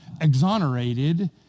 exonerated